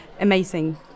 Amazing